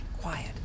quiet